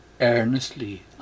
earnestly